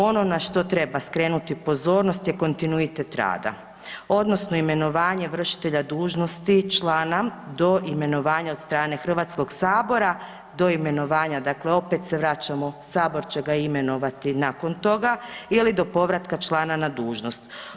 Ono na što treba skrenuti pozornost je kontinuitet rada odnosno imenovanje vršitelja dužnosti člana do imenovanja od strane Hrvatskoga sabora do imenovanja, dakle opet se vraćamo Sabor će ga imenovati nakon toga, ili do povratka člana na dužnost.